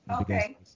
Okay